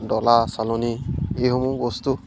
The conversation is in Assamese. ডলা চালনি এইসমূহ বস্তু